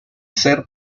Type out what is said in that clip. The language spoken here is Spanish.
ser